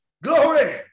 Glory